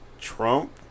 Trump